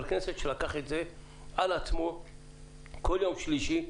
כנסת שלקח את זה על עצמו כל יום שלישי,